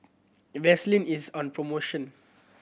Vaselin is on promotion